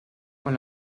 con